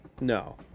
No